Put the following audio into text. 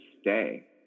stay